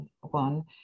one